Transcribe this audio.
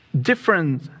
different